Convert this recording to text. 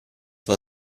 war